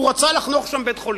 הוא רצה לחנוך שם בית-חולים.